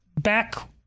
Back